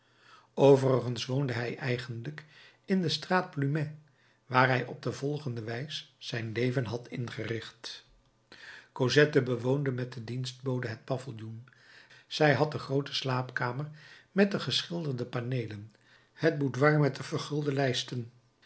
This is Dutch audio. overigens woonde hij eigenlijk in de straat plumet waar hij op de volgende wijs zijn leven had ingericht cosette bewoonde met de dienstbode het paviljoen zij had de groote slaapkamer met de geschilderde paneelen het boudoir met de vergulde lijsten